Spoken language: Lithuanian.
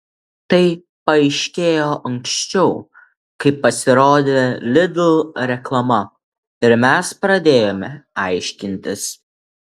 tai paaiškėjo anksčiau kai pasirodė lidl reklama ir mes pradėjome aiškintis